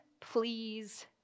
please